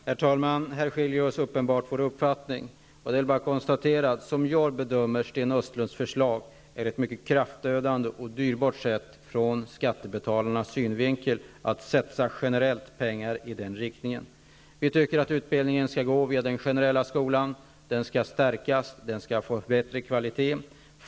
Herr talman! Här skiljer sig uppenbarligen vår uppfattning. Jag bedömer Sten Östlunds förslag som ett från skattebetalarnas synvinkel mycket kraftödande och dyrbart sätt att generellt satsa pengar i den riktningen. Vi tycker att utbildningen skall gå via den generella skolan. Den skall stärkas och få bättre kvalitet.